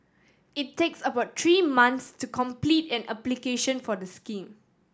it takes about three months to complete an application for the scheme